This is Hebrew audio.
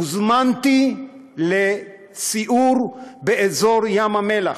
הוזמנתי לסיור באזור ים המלח.